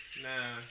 Nah